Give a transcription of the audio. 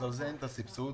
אין לזה סבסוד.